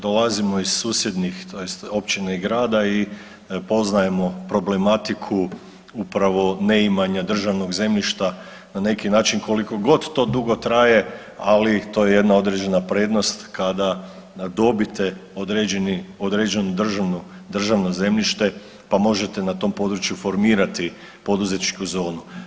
Dolazimo iz susjednih, tj. općine i grada, i poznajemo problematiku upravo neimanja državnog zemljišta na neki način, koliko god to dugo traje, ali to je jedna određena prednost kada dobite određeno državno zemljište pa možete na tom području formirati poduzetničku zonu.